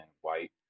white